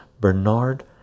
Bernard